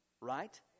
Right